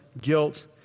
guilt